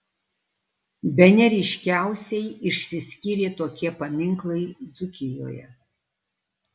bene ryškiausiai išsiskyrė tokie paminklai dzūkijoje